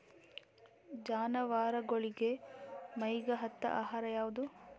ಜಾನವಾರಗೊಳಿಗಿ ಮೈಗ್ ಹತ್ತ ಆಹಾರ ಯಾವುದು?